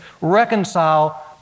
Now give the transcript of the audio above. reconcile